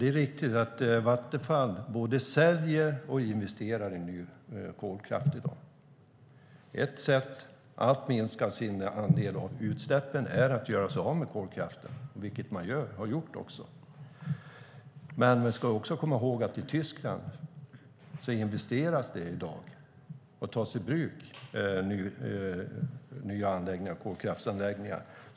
Det är riktigt att Vattenfall både säljer och investerar i ny kolkraft i dag. Ett sätt att minska sin andel av utsläppen är att göra sig av med kolkraften, vilket man har gjort också. Men man ska också komma ihåg att i Tyskland investeras det i dag i kolkraft, och nya anläggningar tas i bruk.